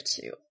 two